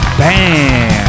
bam